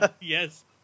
Yes